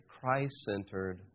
Christ-centered